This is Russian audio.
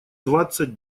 двадцать